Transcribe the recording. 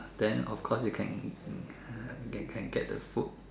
then of course you can uh can get the food